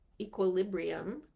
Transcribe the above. equilibrium